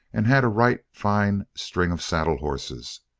and had a right fine string of saddle hosses.